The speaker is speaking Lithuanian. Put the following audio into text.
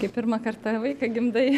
kaip pirmą kartą vaiką gimdai